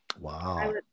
Wow